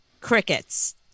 crickets